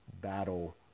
battle